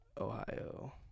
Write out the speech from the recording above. Ohio